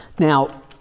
Now